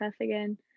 again